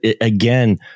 again